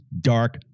dark